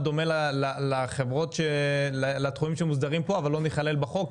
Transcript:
דומה לחברות ולתחומים שמוסדרים פה אבל לא ניכלל בחוק,